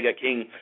king